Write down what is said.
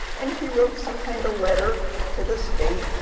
and he wrote some kind of letter to the state.